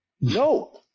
no